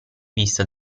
vista